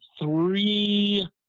three